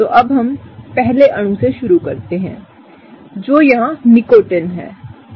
तो अब हम पहले अणु से शुरू करते हैं जो यहां निकोटीन है